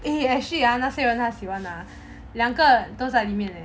eh actually ah 那些人他喜欢 ah 两个都在里面 eh